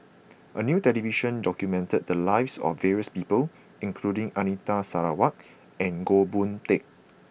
a new television show documented the lives of various people including Anita Sarawak and Goh Boon Teck